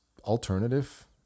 alternative